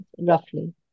roughly